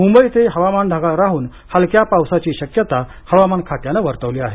मुंबईतही हवामान ढगाळ राहून हलक्या पावसाची शक्यता हवामान खात्यानं वर्तवली आहे